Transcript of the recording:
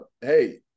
hey